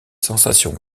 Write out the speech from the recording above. sensations